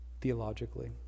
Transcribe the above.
theologically